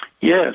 Yes